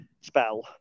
spell